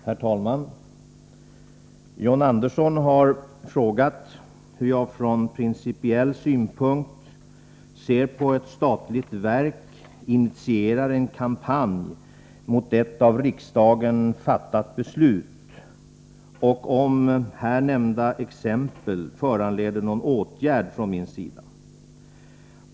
Herr talman! John Andersson har frågat hur jag från principiell synpunkt ser på att ett statligt verk initierar en kampanj mot ett av riksdagen fattat beslut och om här nämnda exempel föranleder någon åtgärd från min sida.